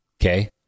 Okay